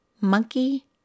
Monkey